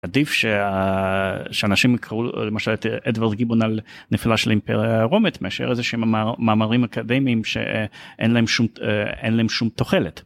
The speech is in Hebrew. עדיף שאנשים יקראו למשל את אדוורד גיבון על נפלה של האימפריה הרומית מאשר איזה שהם מאמרים אקדמיים שאין להם שום אין להם שום תוחלת.